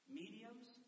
mediums